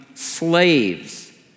slaves